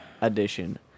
edition